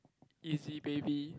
easy baby